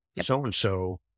so-and-so